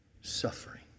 suffering